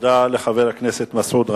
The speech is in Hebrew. תודה לחבר הכנסת מסעוד גנאים.